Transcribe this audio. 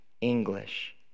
English